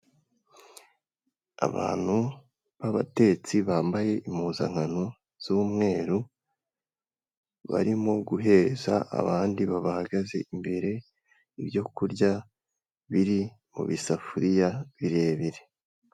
Abantu b'abatetsi bambaye impuzankano z'umweru barimo guheza abandi bahagaze imbere ibyokurya biri mu isafuriya birebire.